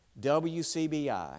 WCBI